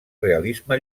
realisme